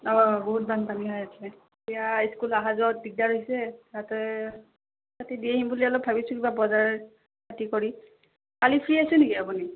অঁ বহুত বানপানী হৈ আছে এতিয়া স্কুল অহা যোৱাত দিগদাৰ হৈছে তাতে তাতে দি আহিম বুলি অলপ ভাবিছোঁ কিবা বজাৰ আদি কৰি কালি ফ্ৰী আছে নেকি আপুনি